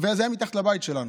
וזה היה מתחת לבית שלנו.